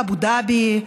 אבו דאבי,